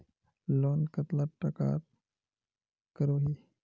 Loan कतला टाका करोही?